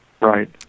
right